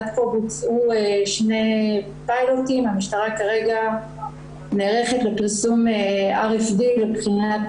עד כה בוצעו שני פיילוטים והמשטרה כרגע נערכת לפרסום RFD לבחינת